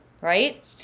right